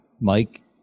Mike